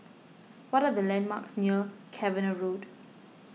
what are the landmarks near Cavenagh Road